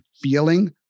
feeling